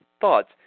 thoughts